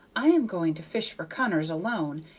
i am going to fish for cunners alone,